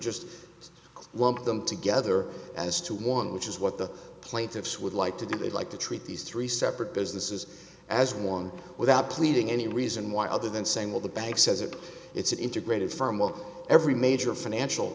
just lump them together as two one which is what the plaintiffs would like to do they'd like to treat these three separate businesses as one without pleading any reason why other than saying well the bank says it it's an integrated firm of every major financial